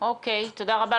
תודה רבה.